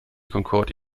concorde